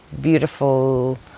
beautiful